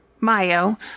Mayo